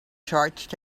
charged